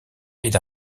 est